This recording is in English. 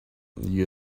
you